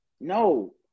No